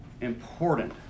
important